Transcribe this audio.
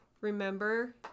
Remember